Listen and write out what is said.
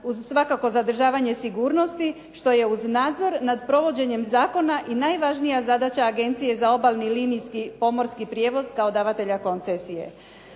uz svakako zadržavanje sigurnosti što je uz nadzor nad provođenjem zakona i najvažnija zadaća Agencije za obalni, linijski, pomorski prijevoz kao davatelja koncesije.